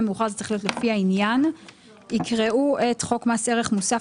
לפי העניין - יקראו את חוק מס ערך מוסף,